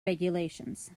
regulations